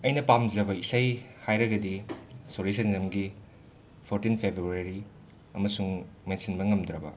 ꯑꯩꯅ ꯄꯥꯝꯖꯕ ꯏꯁꯩ ꯍꯥꯏꯔꯒꯗꯤ ꯁꯣꯔꯤ ꯁꯦꯟꯖꯝꯒꯤ ꯐꯣꯔꯇꯤꯟ ꯐꯦꯕ꯭ꯔꯨꯋꯥꯔꯤ ꯑꯃꯁꯨꯡ ꯃꯦꯟꯁꯤꯟꯕ ꯉꯝꯗ꯭ꯔꯕ